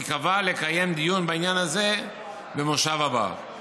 והיא קבעה לקיים דיון בעניין הזה במושב הבא.